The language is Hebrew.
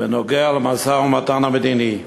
בנוגע למשא-ומתן המדיני: